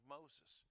Moses